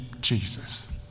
Jesus